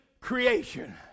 creation